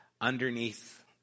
underneath